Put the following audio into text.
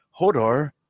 Hodor